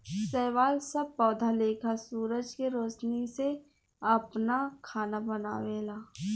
शैवाल सब पौधा लेखा सूरज के रौशनी से आपन खाना बनावेला